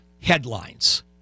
headlines